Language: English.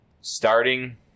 starting